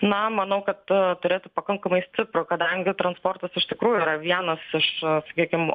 na manau kad turėtų pakankamai stiprų kadangi transportas iš tikrųjų yra vienas iš sakykim